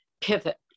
pivot